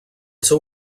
seu